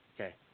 Okay